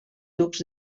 ducs